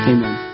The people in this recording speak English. Amen